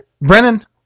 brennan